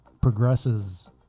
progresses